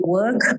work